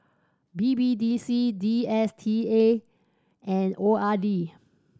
B B D C D S T A and O R D